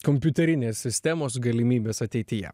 kompiuterinės sistemos galimybes ateityje